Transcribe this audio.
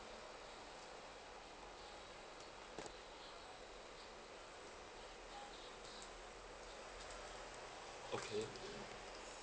okay